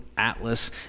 Atlas